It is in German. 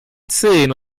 zehn